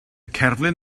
cerflun